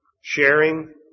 sharing